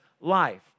life